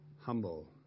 humble